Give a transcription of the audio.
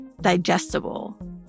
digestible